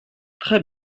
très